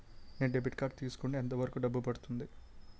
నేను debit card తీసుకుంటే ఎంత వరకు డబ్బు పడుతుంది?